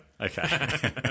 Okay